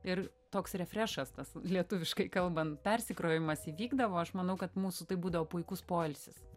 ir toks refrešas tas lietuviškai kalbant persikrovimas įvykdavo aš manau kad mūsų tai būdavo puikus poilsis